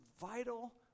vital